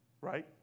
Right